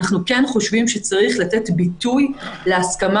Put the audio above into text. אנחנו כן חושבים שצריך לתת ביטוי להסכמה